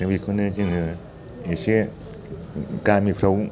दा बेखौनो जोङो एसे गामिफ्राव